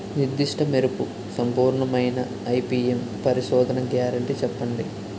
నిర్దిష్ట మెరుపు సంపూర్ణమైన ఐ.పీ.ఎం పరిశోధన గ్యారంటీ చెప్పండి?